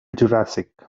jurassic